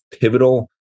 pivotal